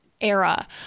era